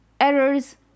errors